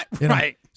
Right